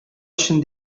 өчен